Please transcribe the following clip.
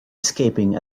escaping